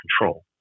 control